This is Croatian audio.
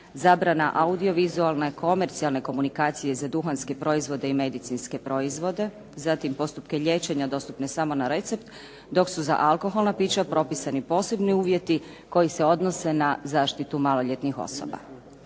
zabrana audiovizualne komercijalne komunikacije za duhanske proizvode i medicinske proizvode, zatim postupke liječenja dostupne samo na recept, dok su za alkoholna pića propisani posebni uvjeti koji se odnose na zaštitu maloljetnih osoba.